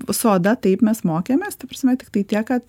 su oda taip mes mokėmės ta prasme tiktai tiek kad